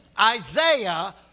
Isaiah